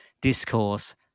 discourse